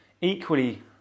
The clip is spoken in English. equally